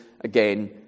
again